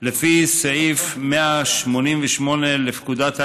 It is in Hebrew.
לפי סעיף 188 לפקודת העיריות,